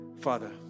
Father